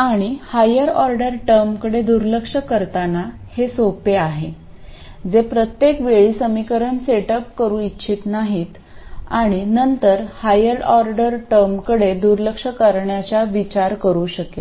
आणि higher order टर्मकडे दुर्लक्ष करताना हे सोपे आहे जे प्रत्येक वेळी समीकरण सेटअप करू इच्छित नाही आणि नंतर हायर ऑर्डर टर्मकडे दुर्लक्ष करण्याच्या विचार करू शकेल